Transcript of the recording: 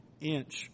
inch